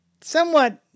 somewhat